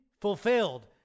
fulfilled